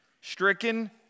stricken